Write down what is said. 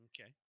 Okay